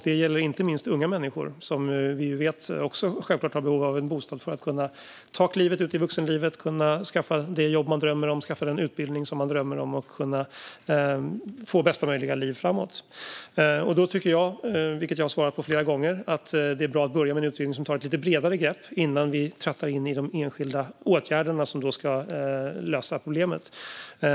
Det gäller inte minst unga människor, som vi ju vet självklart också har behov av en bostad för att kunna ta klivet ut i vuxenlivet, skaffa det jobb och den utbildning de drömmer om och kunna få bästa möjliga liv framöver. Som jag har svarat flera gånger tycker jag att det är bra att börja med en utredning som tar ett lite bredare grepp innan vi trattar in i de enskilda åtgärder som ska lösa problemet.